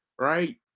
right